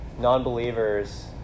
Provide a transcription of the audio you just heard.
non-believers